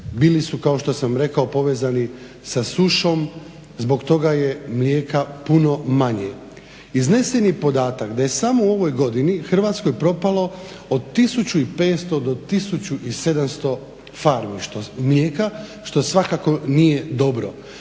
bili su kao što sam rekao povezani sa sušom. Zbog toga je mlijeka puno manje. Iznesen je podatak da je samo u ovoj godini Hrvatskoj propalo od 1500 do 1700 farmi mlijeka što svakako nije dobro.